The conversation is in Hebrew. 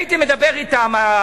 הייתי מדבר אתם על